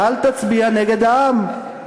אל תצביע נגד העם.